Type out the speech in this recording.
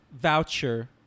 voucher